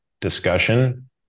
discussion